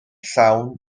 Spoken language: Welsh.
llawn